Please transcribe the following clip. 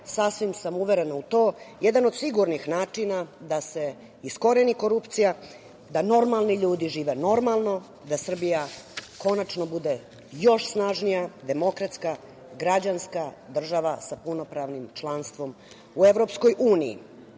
sasvim sam uverena u to, jedan od sigurnih načina da se iskoreni korupcija, da normalni ljudi žive normalno, da Srbija konačno bude još snažnija, demokratska građanska država sa punopravnim članstvom u EU.Korupcija,